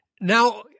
Now